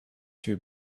too